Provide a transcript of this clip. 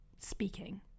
speaking